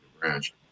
branch